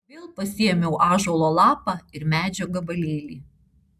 vėl pasiėmiau ąžuolo lapą ir medžio gabalėlį